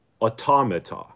automata